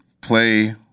play